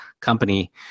company